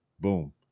Boom